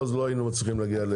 לא היינו מצליחים להגיע לזה.